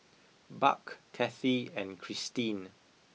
Buck Cathi and Kristine